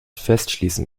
festschließen